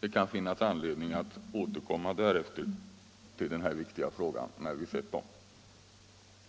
Det kan finnas anledning att återkomma till den här viktiga frågan när vi sett resultaten.